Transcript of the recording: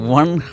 one